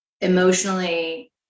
emotionally